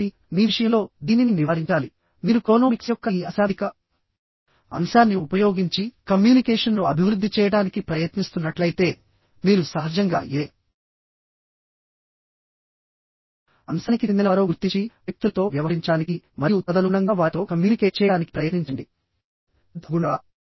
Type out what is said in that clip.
కాబట్టి మీ విషయంలో దీనిని నివారించాలి మీరు క్రోనోమిక్స్ యొక్క ఈ అశాబ్దిక అంశాన్ని ఉపయోగించి కమ్యూనికేషన్ను అభివృద్ధి చేయడానికి ప్రయత్నిస్తున్నట్లయితే మీరు సహజంగా ఏ అంశానికి చెందినవారో గుర్తించి వ్యక్తులతో వ్యవహరించడానికి మరియు తదనుగుణంగా వారితో కమ్యూనికేట్ చేయడానికి ప్రయత్నించండి తద్ అనుగుణంగా